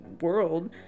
world